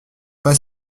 pas